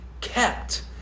kept